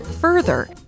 Further